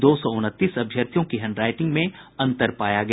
दो सौ उनतीस अभ्यर्थियों की हैंडराईटिंग में अंतर पाया गया